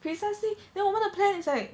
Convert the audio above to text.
precisely then 我们的 plan is like